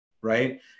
Right